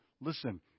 listen